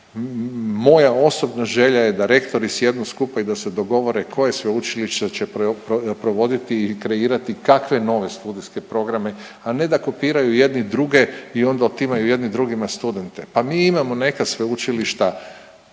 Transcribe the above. Moja osobna želja je da rektori sjednu skupa i da se dogovore koje sveučilište će provoditi i kreirati kakve nove studijske programe, a ne da kopiraju jedni druge i onda otimaju jedni drugima studente. Pa mi imamo neka sveučilišta